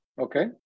okay